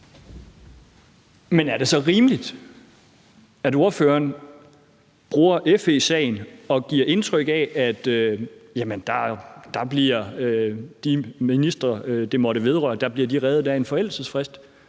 Men er det så rimeligt, at ordføreren bruger FE-sagen her og giver indtryk af, at de ministre, det måtte vedrøre, bliver reddet af en forældelsesfrist,